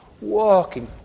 walking